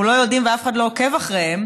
אנחנו לא יודעים ואף אחד לא עוקב אחריהם,